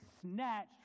snatched